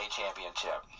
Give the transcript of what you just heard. championship